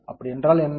அப்படியென்றால் என்ன